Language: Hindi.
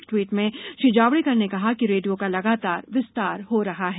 एक ट्वीट में श्री जावेडकर ने कहा कि रेडियो का लगातार विस्तार हो रहा है